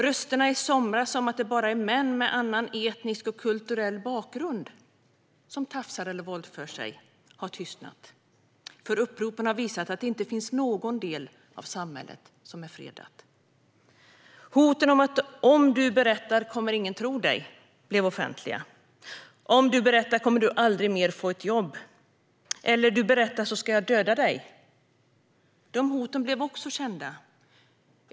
Rösterna i somras om att det bara är män med annan etnisk och kulturell bakgrund som tafsar eller våldför sig har tystnat. Uppropen har visat att det inte finns någon del av samhället som är fredad. Hoten om att ifall du berättar kommer ingen att tro dig blev offentliga. Vidare: Om du berättar kommer du aldrig mer att få ett jobb, eller om du berättar ska jag döda dig. De hoten blev också kända.